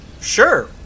Sure